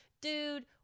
dude